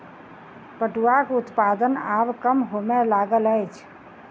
पटुआक उत्पादन आब कम होमय लागल अछि